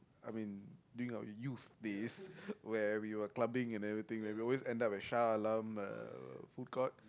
I mean during our youth days where we were clubbing and everything we always end up at Shah-Alam uh food court